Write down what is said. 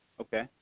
Okay